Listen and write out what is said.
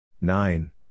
Nine